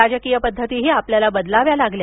राजकीय पद्धतीही आपल्याला बदलाव्या लागल्या